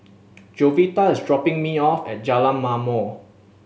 Jovita is dropping me off at Jalan Ma'mor